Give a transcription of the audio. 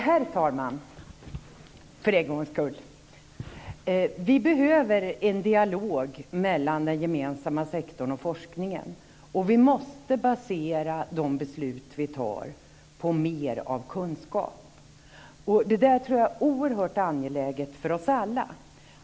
Herr talman! Vi behöver en dialog mellan den gemensamma sektorn och forskningen, och vi måste basera de beslut som vi tar på mer av kunskap. Jag tror att det är oerhört angeläget för oss alla.